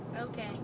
Okay